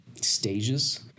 stages